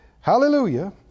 hallelujah